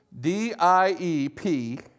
D-I-E-P